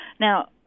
Now